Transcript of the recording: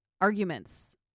arguments